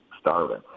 starving